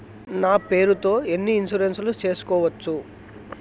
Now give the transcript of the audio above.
నా పేరుతో ఎన్ని ఇన్సూరెన్సులు సేసుకోవచ్చు?